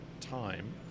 time